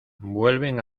vuelven